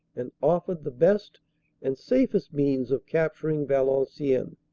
and offered the best and safest means of capturing valenciennes.